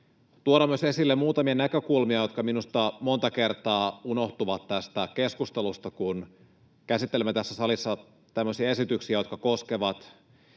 tuoda myös esille muutamia näkökulmia, jotka minusta monta kertaa unohtuvat keskustelusta, kun käsittelemme tässä salissa tämmöisiä esityksiä, jotka koskevat